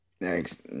Thanks